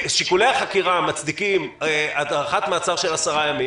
שיקולי החקירה מצדיקים הארכת מעצר של 10 ימים,